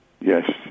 Yes